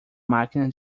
máquina